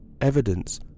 evidence